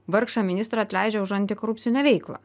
vargšą ministrą atleidžia už antikorupcinę veiklą